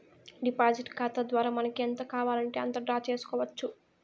deposit ఖాతా ద్వారా మనకి ఎంత కావాలంటే అంత డ్రా చేసుకోవచ్చు